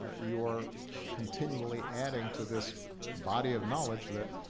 ah you are continually adding to this body of knowledge that